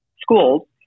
schools